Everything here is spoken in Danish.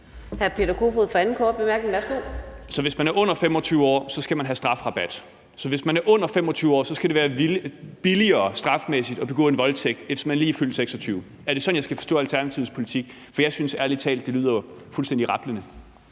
Peter Kofod (DF): Så hvis man er under 25 år, skal man have strafrabat. Så hvis man er under 25 år, skal det være billigere strafmæssigt at begå en voldtægt, end hvis man lige er fyldt 26 år. Er det sådan, jeg skal forstå Alternativets politik? For jeg synes ærlig talt, at det lyder fuldstændig rablende.